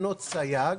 בתקנות עצמן סייג,